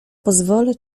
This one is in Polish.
pozwolę